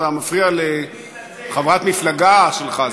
אתה מפריע לחברת מפלגה שלך,